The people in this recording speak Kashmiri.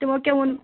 تِمو کیٛاہ ووٚن